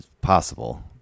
possible